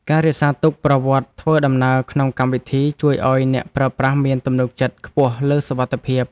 ការរក្សាទុកប្រវត្តិធ្វើដំណើរក្នុងកម្មវិធី ជួយឱ្យអ្នកប្រើប្រាស់មានទំនុកចិត្តខ្ពស់លើសុវត្ថិភាព។